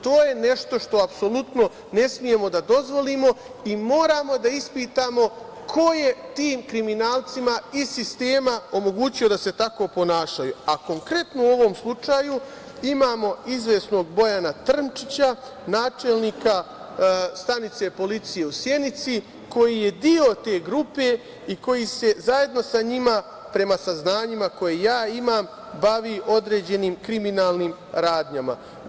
To je nešto što apsolutno ne smemo da dozvolimo i moramo da ispitamo ko je tim kriminalcima iz sistema omogućio da se tako ponašaju, a konkretno u ovom slučaju imamo izvesnog Bojana Trnčića, načelnika stanice policije u Sjenici, koji je deo te grupe i koji se zajedno sa njima, prema saznanjima koja ja imam, bavi određenim kriminalnim radnjama.